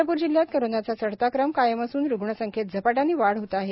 चंद्रप्र जिल्ह्यात कोरोनाचा चढता क्रम कायम असून रुग्णसंख्येत झपाट्याने वाढ होत आहे